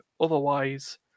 otherwise